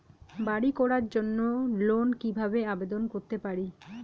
বাড়ি করার জন্য লোন কিভাবে আবেদন করতে পারি?